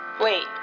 Wait